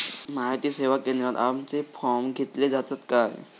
माहिती सेवा केंद्रात आमचे फॉर्म घेतले जातात काय?